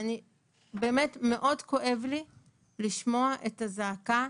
באמת מאוד כואב לי לשמוע את הזעקה,